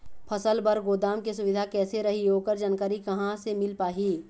फसल बर गोदाम के सुविधा कैसे रही ओकर जानकारी कहा से मिल पाही?